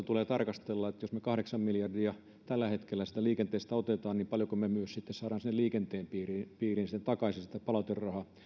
tulee tarkastella niin että jos me kahdeksan miljardia tällä hetkellä liikenteestä otamme niin paljonko me sitten saamme sinne liikenteen piiriin piiriin takaisin palauterahaa